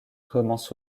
commence